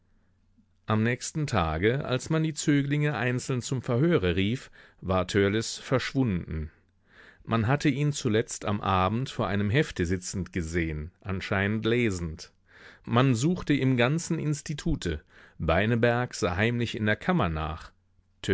am nächsten tage als man die zöglinge einzeln zum verhöre rief war törleß verschwunden man hatte ihn zuletzt am abend vor einem hefte sitzend gesehen anscheinend lesend man suchte im ganzen institute beineberg sah heimlich in der kammer nach